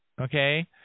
okay